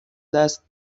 دست